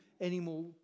anymore